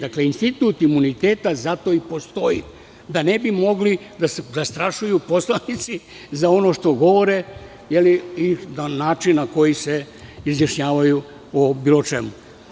Dakle, Institut imuniteta zato i postoji da ne bi mogli da se zastrašuju poslanici za ono što govore i na način na koji se izjašnjavaju o bilo čemu.